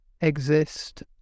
exist